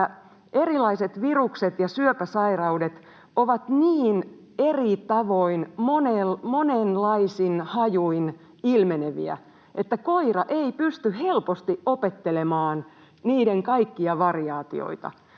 erilaiset virukset ja syöpäsairaudet ovat niin eri tavoin, monenlaisin hajuin ilmeneviä, että koira ei pysty helposti opettelemaan niiden kaikkia variaatioita.